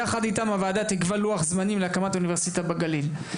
יחד איתם הוועדה תקבע לוח זמנים להקמת אוניברסיטה בגליל.